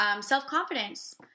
Self-confidence